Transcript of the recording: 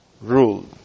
rule